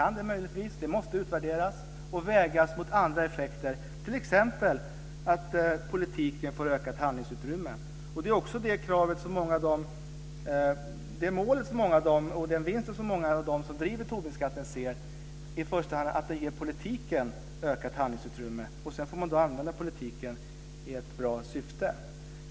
Det måste utvärderas och vägas mot andra effekter, t.ex. den att politiken får utökat handlingsutrymme. Det är också det mål som många av dem som driver Tobinskatten ser. Sedan får man då använda politiken i ett gott syfte.